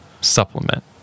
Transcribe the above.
supplement